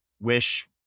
wish